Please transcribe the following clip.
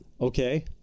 okay